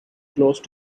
close